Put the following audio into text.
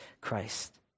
Christ